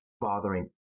bothering